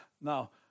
Now